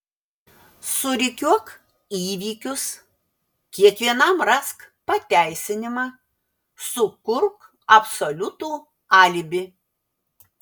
surikiuok įvykius kiekvienam rask pateisinimą sukurk absoliutų alibi